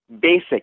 basic